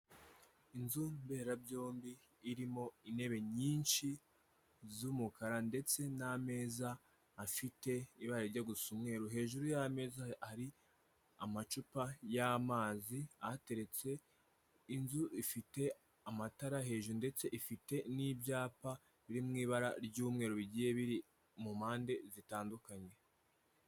Inzu mberabyombi irimo intebe nyinshi z'umukara ndetse n'ameza afite ibara rijya gusa umweruru hejuru y'ameza hari amacupa y'amazi ahateretse inzu ifite amatara hejuru ndetse ifite n'ibyapa biriw ibara ry'umweru bigiye biri mu mpande zitandukanye.